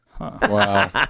Wow